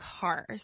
cars